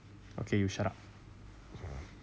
okay you shut up